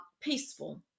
peaceful